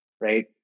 Right